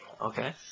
Okay